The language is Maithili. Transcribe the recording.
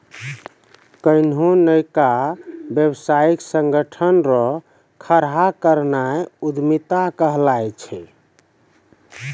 कोन्हो नयका व्यवसायिक संगठन रो खड़ो करनाय उद्यमिता कहलाय छै